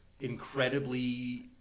incredibly